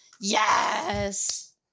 Yes